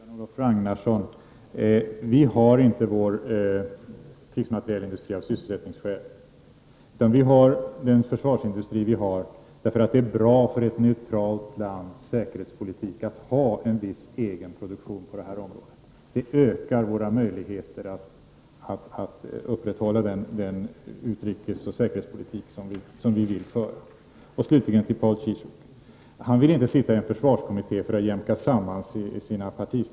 Fru talman! Till Jan-Olof Ragnarsson vill jag säga att vi inte har vår krigsmaterielindustri av sysselsättningsskäl. Vi har den försvarsindustri vi har därför att det är bra för ett neutralt lands säkerhetspolitik att ha en viss egen produktion på det här området. Det ökar våra möjligheter att upprätthålla den utrikes och säkerhetspolitik som vi vill föra. Slutligen vänder jag mig till Paul Ciszuk. Han vill inte sitta med i en försvarskommittté för att jämka samman partiståndpunkter.